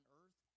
earth